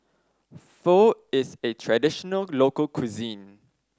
Pho is a traditional local cuisine